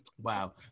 Wow